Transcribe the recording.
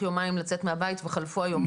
יומיים לצאת מהבית' וחלפו היומיים האלה?